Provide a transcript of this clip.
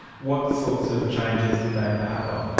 what sorts of changes did they embark on?